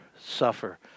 suffer